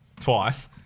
twice